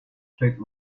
plate